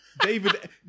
David